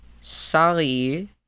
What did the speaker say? Sorry